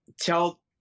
tell